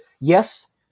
yes